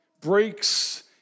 breaks